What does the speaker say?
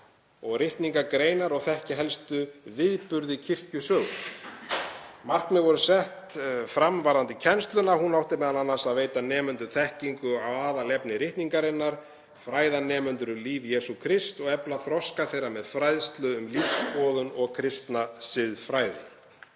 ritningargreinar og þekkja helstu viðburði kirkjusögunnar. Markmið voru sett fram varðandi kennsluna, hún átti meðal annars að veita nemendum þekkingu á aðalefni ritningarinnar, fræða nemendur um líf Jesú Krists og efla þroska þeirra með fræðslu um lífsskoðun og kristna siðfræði.